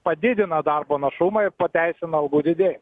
padidina darbo našumą ir pateisina algų didėjimą